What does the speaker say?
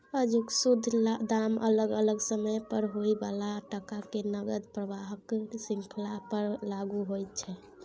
आजुक शुद्ध दाम अलग अलग समय पर होइ बला टका के नकद प्रवाहक श्रृंखला पर लागु होइत छै